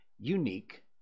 unique